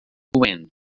win